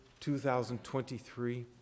2023